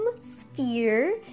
sphere